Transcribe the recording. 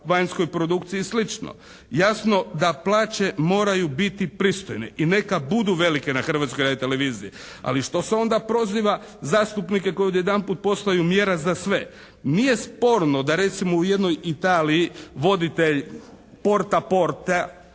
vanjskoj produkciji i slično. Jasno da plaće moraju biti pristojne i neka budu velike na Hrvatskoj radioteleviziji ali što se onda proziva zastupnike koji odjedanput postaju mjera za sve. Nije sporno da recimo u jednoj Italiji voditelj «Porta porta»